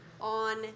on